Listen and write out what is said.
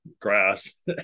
grass